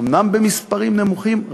אומנם במספרים נמוכים,